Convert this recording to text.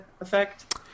effect